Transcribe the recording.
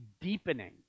deepening